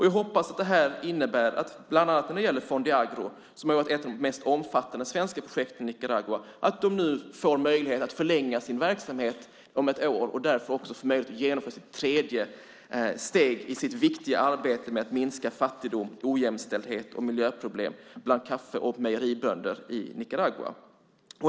Jag hoppas att det här, bland annat för Fonde Agro, som varit ett av de mest omfattande svenska projekten i Nicaragua, innebär att de nu får möjlighet att förlänga sin verksamhet om ett år och därmed också får möjlighet att genomföra sitt tredje steg i det viktiga arbetet med att minska fattigdom, ojämlikhet och miljöproblem bland kaffe och mejeribönder i Nicaragua.